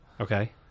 Okay